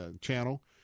channel